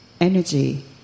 energy